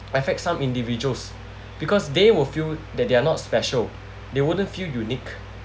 affect some individuals because they will feel that they are not special they wouldn't feel unique